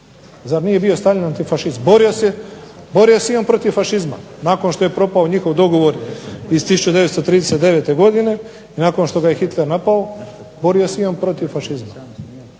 Zar nije bio Staljin antifašist? Borio se i on protiv fašizma nakon što je propao njihov dogovor iz 1939. godine i nakon što ga je Hitler napao borio se i on protiv fašista.